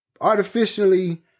artificially